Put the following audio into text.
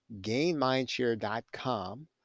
gainmindshare.com